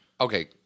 okay